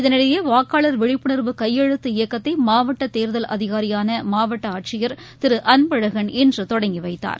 இதனிடையே வாக்காளர் விழிப்புணர்வு கையெழுத்து இயக்கத்தை மாவட்ட தேர்தல் அதினரியான மாவட்ட ஆட்சியர் திரு அன்பழகன் இன்று தொடங்கி வைத்தார்